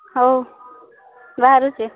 ହଉ ବାହାରୁଛି